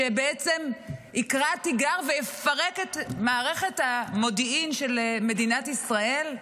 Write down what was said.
שבעצם יקרא תיגר ויפרק את מערכת המודיעין של מדינת ישראל?